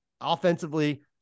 Offensively